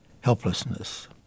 helplessness